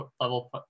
level